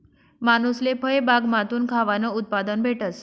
मानूसले फयबागमाथून खावानं उत्पादन भेटस